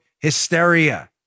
hysteria